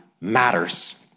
matters